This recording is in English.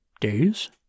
Days